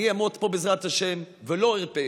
אני אעמוד פה, בעזרת השם, ולא ארפה